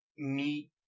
meet